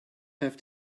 have